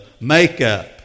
makeup